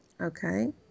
Okay